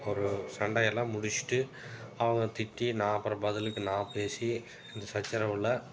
ஒரு சண்டை எல்லாம் முடிச்சுட்டு அவங்க திட்டி நான் அப்புறம் பதிலுக்கு நான் பேசி இந்த சர்ச்சரவுகளில்